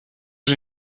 une